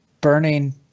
burning